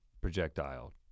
projectile